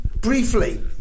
briefly